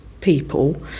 people